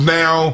now